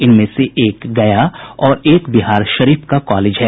इनमें से एक गया और एक बिहारशरीफ का कॉलेज है